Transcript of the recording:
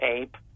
ape